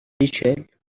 ریچل